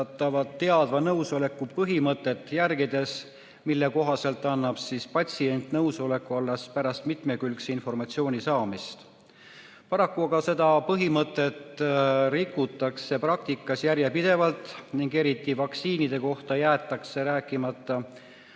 teadva nõusoleku põhimõtet järgides, mille kohaselt annab patsient nõusoleku alles pärast mitmekülgse informatsiooni saamist. Paraku aga seda põhimõtet rikutakse praktikas järjepidevalt ning eriti vaktsiinide kohta jäetakse rääkimata